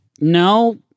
No